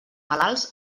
malalts